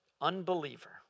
unbeliever